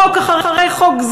חוק אחרי חוק,